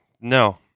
no